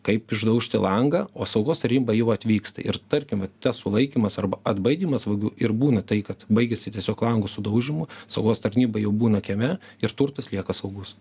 kaip išdaužti langą o saugos tarnyba jau atvyksta ir tarkim vat tas sulaikymas arba atbaidymas vagių ir būna tai kad baigiasi tiesiog langų sudaužymu saugos tarnyba jau būna kieme ir turtas lieka saugus